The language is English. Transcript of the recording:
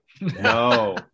no